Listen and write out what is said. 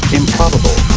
improbable